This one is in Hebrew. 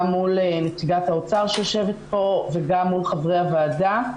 גם מול נציגת האוצר שיושבת פה וגם מול חברי הוועדה.